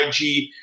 IG